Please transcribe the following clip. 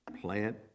Plant